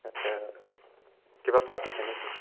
আচ্ছা কিবা পাতিছে নে কি